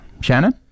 Shannon